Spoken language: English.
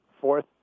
Fourth